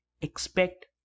expect